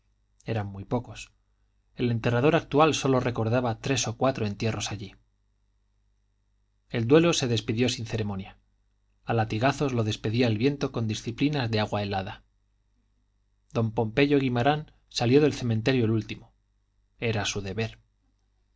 eran muy pocos el enterrador actual sólo recordaba tres o cuatro entierros así el duelo se despidió sin ceremonia a latigazos lo despedía el viento con disciplinas de agua helada don pompeyo guimarán salió del cementerio el último era su deber